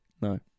No